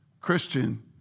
Christian